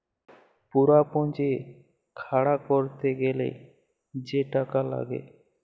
পুরা পুঁজি খাড়া ক্যরতে গ্যালে যে টাকা লাগ্যে